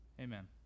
Amen